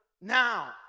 now